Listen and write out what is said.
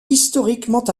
historiquement